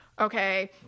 okay